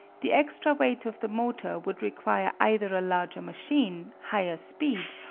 the extra weight of the motor would require either a larger machine, higher speed,